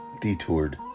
detoured